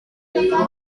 ijana